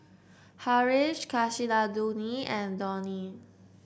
Haresh Kasinadhuni and Dhoni